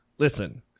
Listen